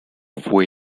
fue